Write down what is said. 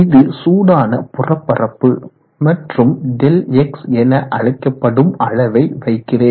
இது சூடான புறப்பரப்பு மற்றும் Δx என அழைக்கப்படும் அளவை வைக்கிறேன்